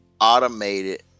automated